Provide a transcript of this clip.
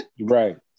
Right